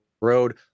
road